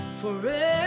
forever